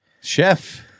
Chef